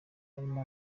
arimo